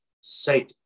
say